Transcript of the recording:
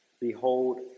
Behold